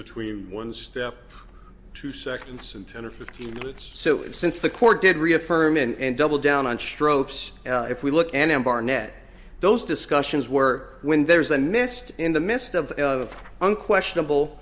between one step two seconds and ten or fifteen minutes so since the court did reaffirm and double down on strokes if we look and barnett those discussions were when there's a mist in the midst of the unquestionable